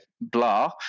blah